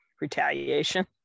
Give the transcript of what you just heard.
retaliation